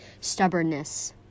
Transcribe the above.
stubbornness